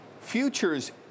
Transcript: futures